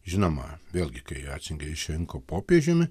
žinoma vėlgi kai ratzingerį išrinko popiežiumi